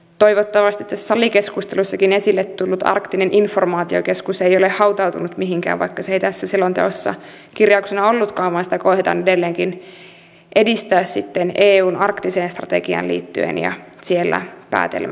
toivottavasti tässä salikeskustelussakin esille tullut arktinen informaatiokeskus ei ole hautautunut mihinkään vaikka se ei tässä selonteossa kirjauksena ollutkaan vaan sitä koetetaan edelleenkin edistää sitten eun arktiseen strategiaan liittyen ja siellä päätelmätasolla